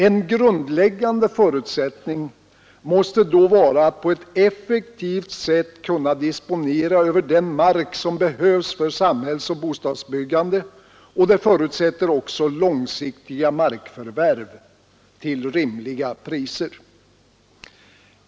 En grundläggande förutsättning måste då vara att på ett effektivt sätt kunna disponera över den mark som behövs för samhällsoch bostadsbyggande, och det förutsätter också långsiktiga markförvärv till rimliga priser.